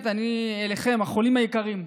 אליכם, החולים היקרים,